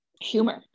humor